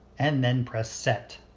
and then press set.